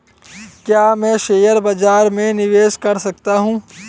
क्या मैं शेयर बाज़ार में निवेश कर सकता हूँ?